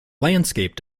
landscape